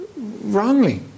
wrongly